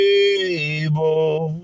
able